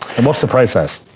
um what's the process?